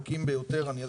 לגבי